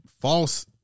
false